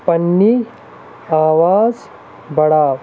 پنٛنی آواز بَڑاو